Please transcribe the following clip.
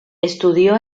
estudió